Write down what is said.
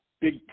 big